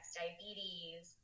diabetes